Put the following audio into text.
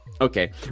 okay